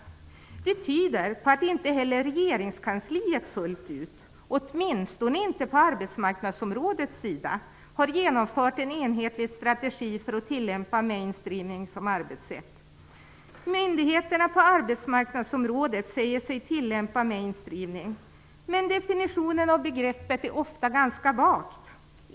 Det tyder på att inte heller regeringskansliet fullt ut, åtminstone inte på arbetsmarknadsområdets sida, har genomfört en enhetlig strategi för att tillämpa main streaming som arbetssätt. Myndigheterna på arbetsmarknadsområdet säger sig tillämpa main streaming, men definitionen av begreppet är ofta ganska vag.